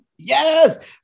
yes